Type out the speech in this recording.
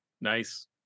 Nice